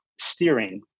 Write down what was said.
steering